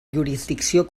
jurisdicció